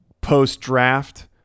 post-draft